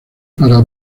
para